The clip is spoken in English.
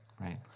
right